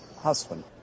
husband